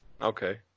Okay